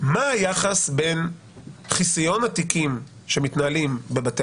הוא מה היחס בין חיסיון התיקים שמתנהלים בבתי